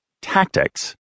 tactics